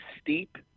steep